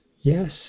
yes